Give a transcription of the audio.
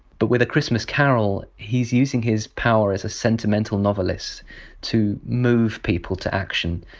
but with a christmas carol he's using his power as a sentimental novelist to move people to action,